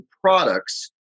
products